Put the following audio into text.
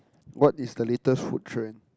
what is the latest food trend